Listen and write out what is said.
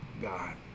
God